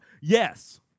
Yes